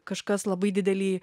kažkas labai didelį